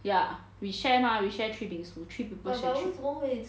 ya we share mah we share three bingsus three people share three